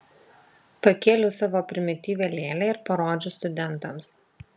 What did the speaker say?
pakėliau savo primityvią lėlę ir parodžiau studentams